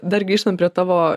dar grįžtant prie tavo